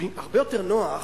הרבה יותר נוח,